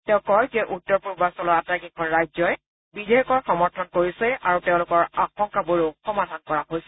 তেওঁ কয় যে উত্তৰ পূৰ্বাঞ্চলৰ আটাইকেইখন ৰাজ্যই বিধেয়কৰ সমৰ্থন কৰিছে আৰু তেওঁলোকৰ আশংকাবোৰো সমাধান কৰা হৈছে